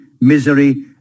misery